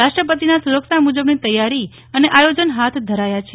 રાષ્ટ્રપતિના સુરક્ષા મુજબની તૈયારી અને આયોજન હાથ ધરાયા છે